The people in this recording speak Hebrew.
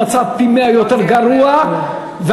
במצב יותר גרוע פי מאה,